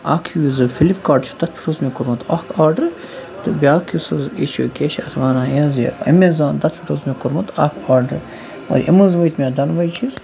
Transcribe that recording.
اَکھ یُس زَن فِلِپکاٹ چھُ تَتھ پٮ۪ٹھ اوس مےٚ کوٚرمُت اَکھ آرڈَر تہٕ بیٛاکھ یُس حظ یہِ چھِ کیٛاہ چھِ اَتھ وَنان یہِ حظ یہِ اٮ۪مَزان تَتھ پٮ۪ٹھ اوس مےٚ کوٚرمُت اَکھ آرڈَر مگر یِم حظ وٲتۍ مےٚ دۄنوٕے چیٖز